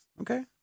okay